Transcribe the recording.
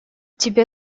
тебе